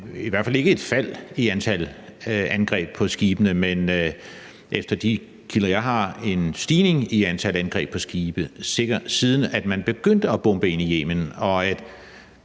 i hvert fald ikke et fald i antallet af angreb på skibe, men efter de kilder, jeg har, en stigning i antal angreb på skibe, siden man begyndte at bombe ind i Yemen. 8